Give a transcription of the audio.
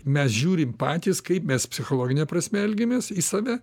mes žiūrim patys kaip mes psichologine prasme elgiamės į save